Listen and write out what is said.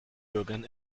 bürgern